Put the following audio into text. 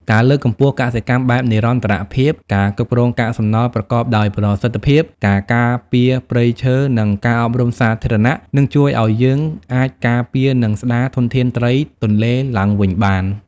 ការលើកកម្ពស់កសិកម្មបែបនិរន្តរភាព ការគ្រប់គ្រងកាកសំណល់ប្រកបដោយប្រសិទ្ធភាព ការការពារព្រៃឈើ និងការអប់រំសាធារណៈ នឹងជួយឱ្យយើងអាចការពារ និងស្តារធនធានត្រីទន្លេឡើងវិញបាន។